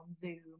Zoom